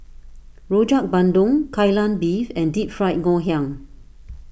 Rojak Bandung Kai Lan Beef and Deep Fried Ngoh Hiang